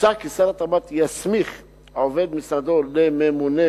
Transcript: מוצע כי שר התמ"ת יסמיך עובד משרדו לממונה